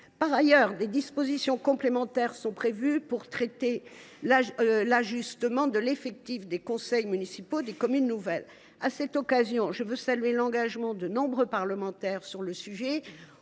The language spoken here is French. Par ailleurs, des dispositions complémentaires sont prévues pour traiter la question de l’ajustement de l’effectif des conseils municipaux des communes nouvelles. À cette occasion, je souhaite saluer l’engagement de nombreux parlementaires au sein